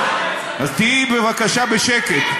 אז תהיי בבקשה בשקט.